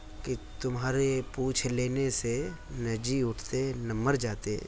کہ تمہارے پوچھ لینے سے نہ جی اٹھتے نہ مر جاتے